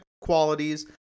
qualities